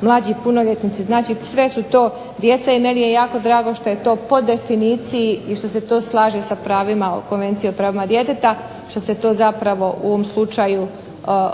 mlađi punoljetnici. Znači, sve su to djeca i meni je jako drago što je to po definiciji i što se to slaže sa pravima Konvenciji o pravima djeteta, što se to zapravo u ovom slučaju